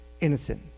innocent